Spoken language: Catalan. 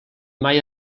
mai